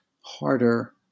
harder